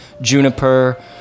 Juniper